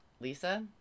Lisa